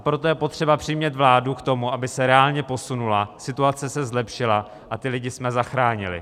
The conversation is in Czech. Proto je potřeba přimět vládu k tomu, aby se reálně posunula, situace se zlepšila a ty lidi jsme zachránili.